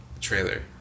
trailer